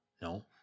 No